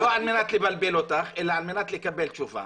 לא על מנת לבלבל אותך, אלא על מנת לקבל תשובה.